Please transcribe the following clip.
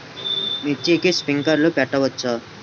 మిర్చికి స్ప్రింక్లర్లు పెట్టవచ్చా?